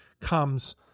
comes